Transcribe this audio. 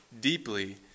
deeply